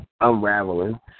unraveling